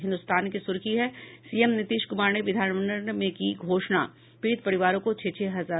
हिन्दुस्तान की सुर्खी है सीएम नीतीश कुमार ने विधानमंडल में की घोषणा पीड़ित परिवारों को छह छह हजार